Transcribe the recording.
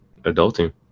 adulting